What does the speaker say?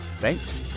Thanks